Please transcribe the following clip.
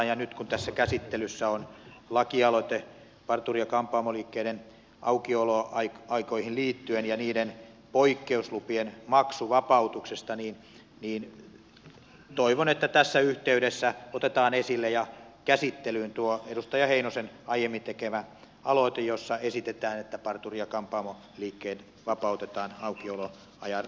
ja nyt kun tässä käsittelyssä on lakialoite parturi ja kampaamoliikkeiden aukioloaikoihin liittyen ja niiden poikkeuslupien maksuvapautuksesta niin toivon että tässä yhteydessä otetaan esille ja käsittelyyn tuo edustaja heinosen aiemmin tekemä aloite jossa esitetään että parturi ja kampaamoliikkeet vapautetaan aukioloaikarajoituksista